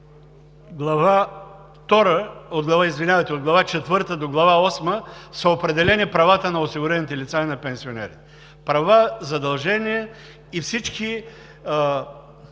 от Глава IV до Глава VIII са определени правата на осигурените лица и на пенсионерите. Права, задължения и всички